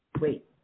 Wait